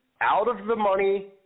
out-of-the-money